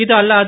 இது அல்லாது